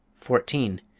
fourteen.